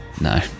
no